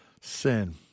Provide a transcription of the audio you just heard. Sin